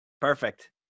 Perfect